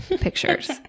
pictures